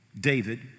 David